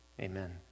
Amen